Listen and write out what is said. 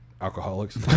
alcoholics